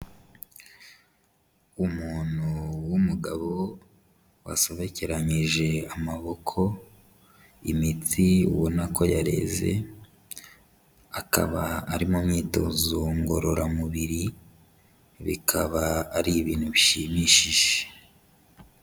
Umuntu w'umugabo, wasobekeranyije amaboko, imitsi ubona ko yareze, akaba ari mu myitozo ngororamubiri, bikaba ari ibintu bishimishije.